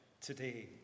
today